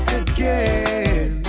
again